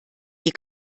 die